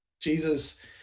Jesus